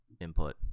input